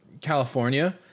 California